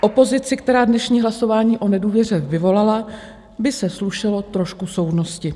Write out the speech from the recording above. Opozici, která dnešní hlasování o nedůvěře vyvolala, by se slušelo trošku soudnosti.